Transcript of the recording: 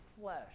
flesh